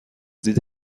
دید